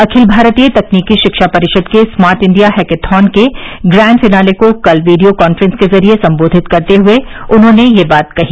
अखिल भारतीय तकनीकी शिक्षा परिषद के स्मार्ट इंडिया हैकेथॉन के ग्रैंड फिनाले को कल वीडियो कांफ्रेंस के जरिए संबोधित करते हुए उन्होंने यह बात कही